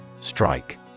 Strike